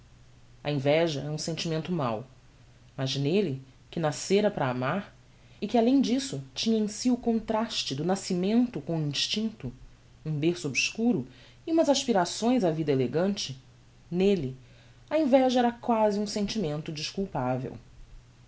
a inveja é um sentimento mau mas nelle que nascera para amar e que além disso tinha em si o contraste do nascimento com o instincto um berço obscuro e umas aspirações á vida elegante nelle a inveja era quasi um sentimento desculpavel